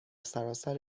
سراسر